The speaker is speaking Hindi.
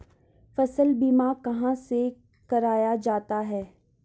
फसल बीमा कहाँ से कराया जाता है?